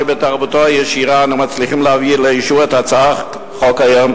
שבהתערבותו הישירה אנחנו מצליחים להביא לאישור את הצעת החוק היום,